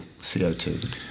CO2